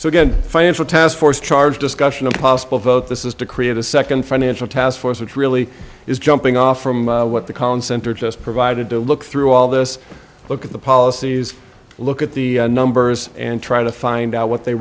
good financial task force charged discussion of possible vote this is to create a second financial taskforce which really is jumping off from what the concentra just provided to look through all this look at the policies look at the numbers and try to find out what they